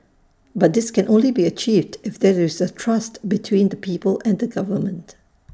but this can only be achieved if there is trust between the people and the government